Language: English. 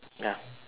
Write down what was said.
ya